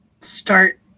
start